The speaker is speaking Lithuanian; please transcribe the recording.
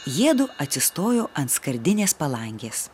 jiedu atsistojo ant skardinės palangės